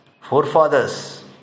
forefathers